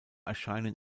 erscheinen